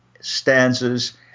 stanzas